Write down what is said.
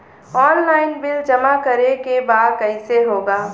Online bill जमा करे के बा कईसे होगा?